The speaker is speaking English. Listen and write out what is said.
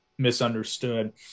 misunderstood